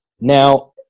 Now